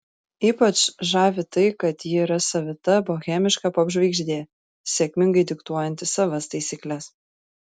ypač žavi tai kad ji yra savita bohemiška popžvaigždė sėkmingai diktuojanti savas taisykles